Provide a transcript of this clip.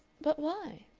but why?